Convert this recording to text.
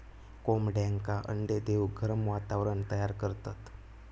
कोंबड्यांका अंडे देऊक गरम वातावरण तयार करतत